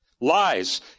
Lies